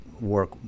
work